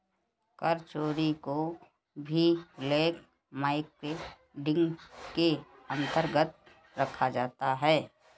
कर चोरी को भी ब्लैक मार्केटिंग के अंतर्गत रखा जाता है